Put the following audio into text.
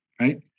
right